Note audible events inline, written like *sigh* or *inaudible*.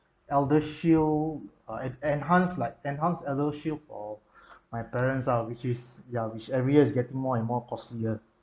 eldershield uh en~enhanced like enhanced eldershield for *noise* my parents ah which is ya which every year is getting more and more costlier